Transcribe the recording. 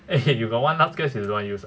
eh you got one last guess you don't want use ah